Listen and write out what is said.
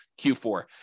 Q4